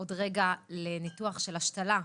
עוד רגע לניתוח של השתלה,